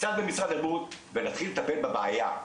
קצת במשרד הבריאות ונתחיל לטפל בבעיה,